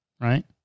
Right